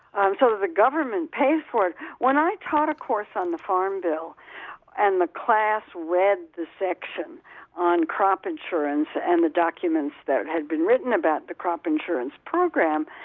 um sort of the government pays for it when i taught a course on the farm bill and the class read the section on crop insurance and the documents that had been written about the crop insurance program,